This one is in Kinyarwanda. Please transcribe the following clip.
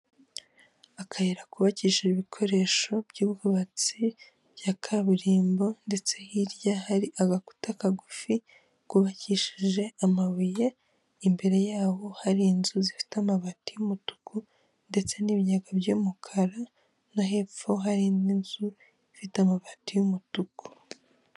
Akayira kubakishije ibikoresho by'ubwubatsi bya kaburimbo ndetse hirya hari agakuta akagufi kubakishije amabuye imbere yaho hari inzu zifite amabati y'umutuku ndetse n'ibigega by'umukara no hepfo hari indi nzu ifite amabati y'umutuku.